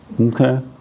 Okay